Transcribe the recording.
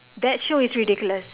that show is ridiculous